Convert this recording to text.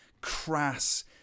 crass